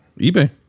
eBay